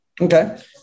Okay